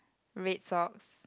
red socks